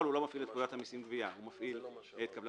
הוא לא מפעיל את פקודת המסים (גבייה).